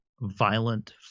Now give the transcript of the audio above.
violent